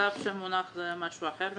הצו שמונח הוא דבר אחר,